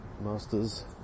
masters